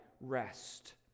rest